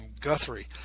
Guthrie